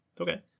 Okay